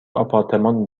آپارتمان